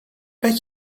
met